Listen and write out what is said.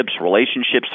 relationships